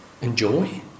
enjoy